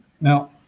Now